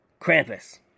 Krampus